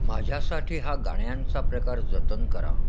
माझ्यासाठी हा गाण्यांचा प्रकार जतन करा